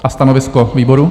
A stanovisko výboru?